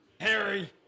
Harry